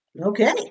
Okay